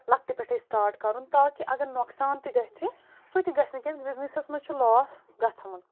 لکٹہِ پٮ۪ٹھے سِٹاٹ کَرُن تاکہِ اگر نۄقصان تہِ گَژھ سُہ تہِ گَژھِ نہٕ کیٛازِ بزنٮ۪سس منٛز چھُ لاس گَژھوُن